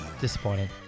Disappointing